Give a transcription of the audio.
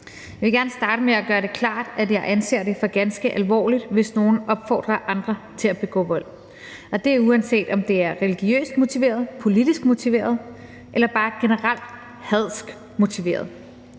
Jeg vil gerne starte med at gøre det klart, at jeg anser det for ganske alvorligt, hvis nogen opfordrer andre til at begå vold, og det er, uanset om det er religiøst motiveret, politisk motiveret eller bare generelt motiveret